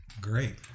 great